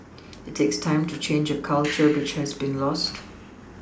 it takes time to change a culture which has been lost